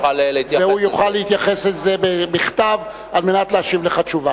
והוא יוכל להתייחס לזה בכתב על מנת להשיב לך תשובה.